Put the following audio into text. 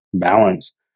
balance